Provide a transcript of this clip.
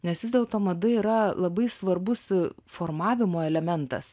nes vis dėlto mada yra labai svarbus formavimo elementas